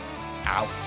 Out